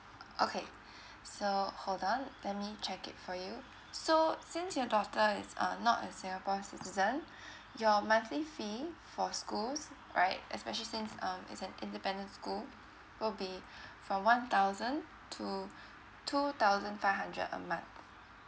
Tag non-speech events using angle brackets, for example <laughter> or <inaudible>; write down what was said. okay so hold on let me check it for you so since your daughter is uh not a singapore citizen <breath> your monthly fee for schools right especially since um it's an independent school will be from one thousand to two thousand five hundred a month